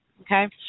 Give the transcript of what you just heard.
Okay